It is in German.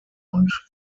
und